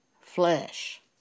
flesh